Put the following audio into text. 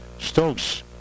Stokes